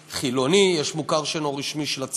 יש מוכר שאינו רשמי חילוני,